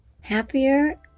happier